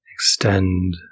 Extend